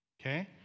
okay